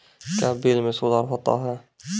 क्या बिल मे सुधार होता हैं?